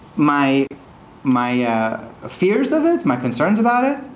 my my fears of it? my concerns about it?